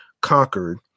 conquered